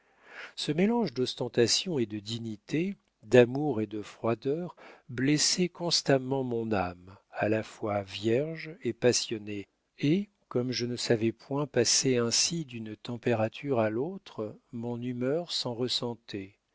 ce mélange d'ostentation et de dignité d'amour et de froideur blessait constamment mon âme à la fois vierge et passionnée et comme je ne savais point passer ainsi d'une température à l'autre mon humeur s'en ressentait